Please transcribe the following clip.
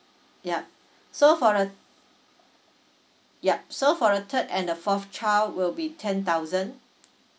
yup so for the yup so for the third and the fourth child will be ten thousand